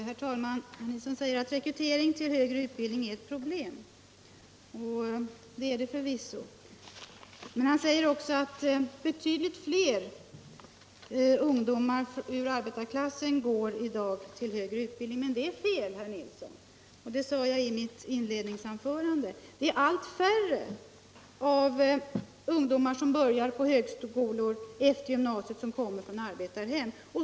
Herr talman! Herr Nilsson i Kristianstad säger att rekryteringen till högre utbildning är ett problem, och det är det förvisso. Men han säger också att betydligt fler ungdomar ur arbetarklassen i dag går till högre utbildning än tidigare. Men detta är fel, herr Nilsson! Det sade jag också i mitt inledningsanförande. Det är i stället allt färre av de ungdomar som börjar på högskolor efter gymnasiet som kommer från arbetarhem.